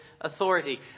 authority